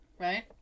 right